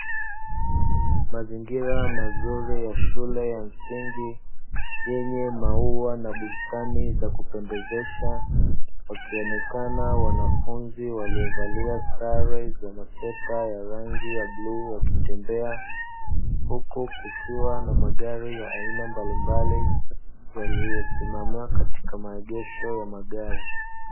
Mazingira mazuri ya shule ya msingi, yenye maua na bustani za kupendezesha, wakionekana wanafunzi waliovalia sare za masweta ya rangi bluu wakitembea, huku kukiwa na magari ya aina mbalimbali yaliyosimama katika maegesho ya magari.